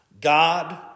God